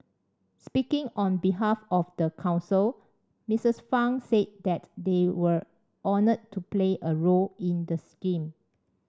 speaking on behalf of the council Mistress Fang said that they were honoured to play a role in the scheme